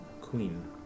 queen